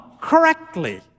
correctly